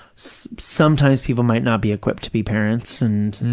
sometimes people might not be equipped to be parents and,